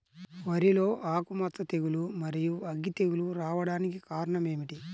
వరిలో ఆకుమచ్చ తెగులు, మరియు అగ్గి తెగులు రావడానికి కారణం ఏమిటి?